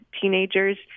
teenagers